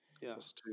yes